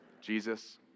Jesus